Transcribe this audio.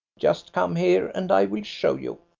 just come here and i will show you.